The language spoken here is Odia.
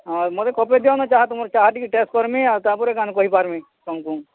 ହଁ ମତେ କପେ ଦିଅ ମୁଇଁ ଚାହା ତୁମର୍ ଚାହା ଟିକେ ଟେଷ୍ଟ୍ କର୍ମି ଆଉ ତା' ପରେ କାଣା କହିପାର୍ମି ତମ୍କୁଁ